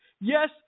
Yes